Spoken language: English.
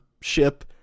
ship